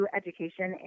education